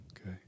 Okay